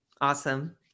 Awesome